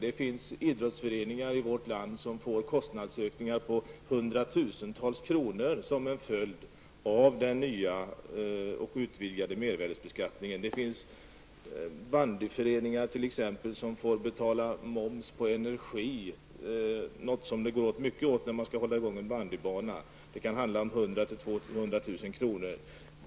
Det finns idrottsföreningar i vårt land som får kostnadsökningar på hundratusentals kronor som en följd av den nya och utvidgade mervärdesbeskattningen. Bandyföreningar får t.ex. betala moms på energi. Det går åt mycket energi när man skall hålla i gång en bandybana. Det kan röra sig om hundra till tvåhundratusen kronor.